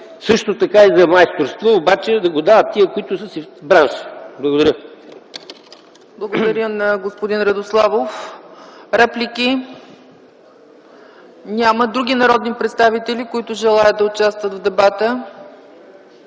също така и за майсторство, обаче да го дават тези, които са си от бранша. Благодаря. ПРЕДСЕДАТЕЛ ЦЕЦКА ЦАЧЕВА: Благодаря на господин Радославов. Реплики? Няма. Други народни представители, които желаят да участват в дебата?